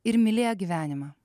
ir mylėk gyvenimą